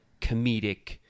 comedic